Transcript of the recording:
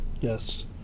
Yes